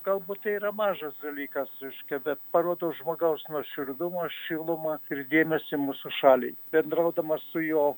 galbūt tai yra mažas dalykas reiškia bet parodo žmogaus nuoširdumą šilumą ir dėmesį mūsų šaliai bendraudamas su juo